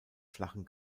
flachen